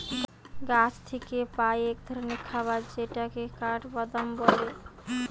গাছ থিকে পাই এক ধরণের খাবার যেটাকে কাঠবাদাম বলে